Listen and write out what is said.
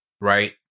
Right